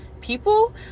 people